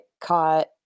caught